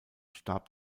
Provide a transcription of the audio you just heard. starb